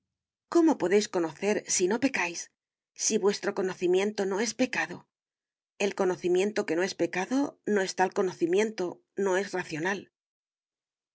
cómo podéis conocer si no pecáis si vuestro conocimiento no es pecado el conocimiento que no es pecado no es tal conocimiento no es racional